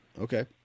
Okay